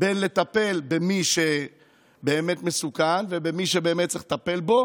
בין לטפל במי שבאמת מסוכן ובמי שבאמת צריך לטפל בו